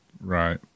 right